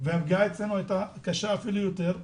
והפגיעה אצלנו הייתה אפילו קשה יותר.